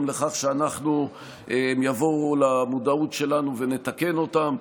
לכך שהם יבואו למודעות שלנו ונתקן אותם,